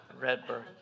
Redbird